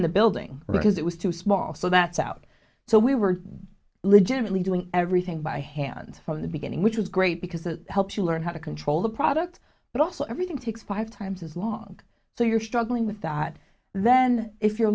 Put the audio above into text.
in the building because it was too small so that's out so we were legitimately doing everything by hand from the beginning which was great because that helps you learn how to control the product but also everything takes five times as long so you're struggling with that and then if you're